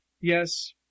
Yes